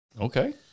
Okay